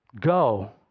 go